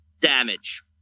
damage